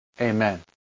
Amen